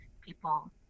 people